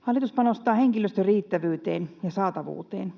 Hallitus panostaa henkilöstön riittävyyteen ja saatavuuteen.